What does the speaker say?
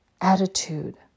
attitude